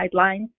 guidelines